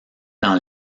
dans